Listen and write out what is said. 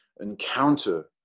encounter